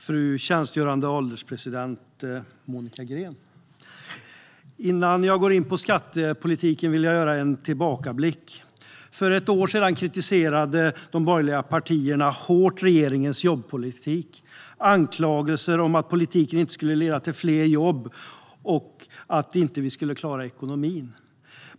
Fru ålderspresident! Innan jag går in på skattepolitiken vill jag göra en tillbakablick. För ett år sedan kritiserade de borgerliga partierna hårt regeringens jobbpolitik. Det var anklagelser om att politiken inte skulle leda till fler jobb och att vi inte skulle klara ekonomin.